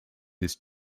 this